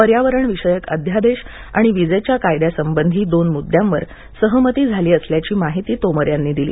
पर्यावरणविषयक अध्यादेश आणि वीजेच्या कायद्यासंबंधी दोन मुदद्यांवर सहमती झाली असल्याची माहिती तोमर यांनी दिली